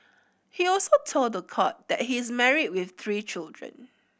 he also told the court that he is married with three children